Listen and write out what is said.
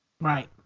right